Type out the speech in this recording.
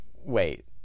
wait